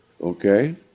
Okay